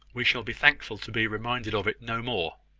we shall be thankful to be reminded of it no more.